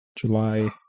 July